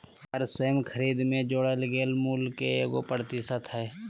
कर स्वयं खरीद में जोड़ल गेल मूल्य के एगो प्रतिशत हइ